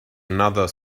another